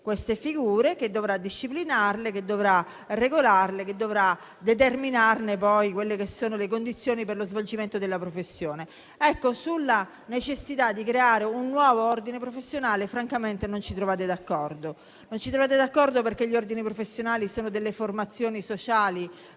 queste figure, che dovrà disciplinarle, regolarle e determinarne le condizioni per lo svolgimento della professione. Sulla necessità di creare un nuovo ordine professionale francamente non ci trovate d'accordo, perché gli ordini professionali sono formazioni sociali